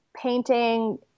painting